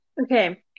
Okay